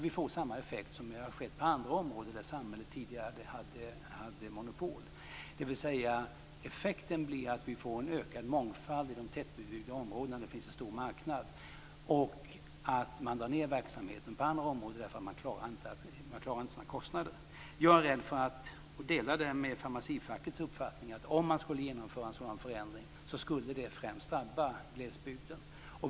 Vi får samma effekt som skett på andra områden där samhället tidigare hade monopol, dvs. att effekten blir att vi får en ökad mångfald i de tätbebyggda områdena, där det finns en stor marknad, och att man drar ned verksamheten på andra områden därför att man inte klarar sina kostnader. Jag är rädd för, och delar därmed Farmacifackets uppfattning, att om man skulle genomföra en sådan förändring skulle det främst drabba glesbygden.